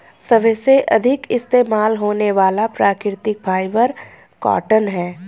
सबसे अधिक इस्तेमाल होने वाला प्राकृतिक फ़ाइबर कॉटन है